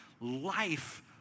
life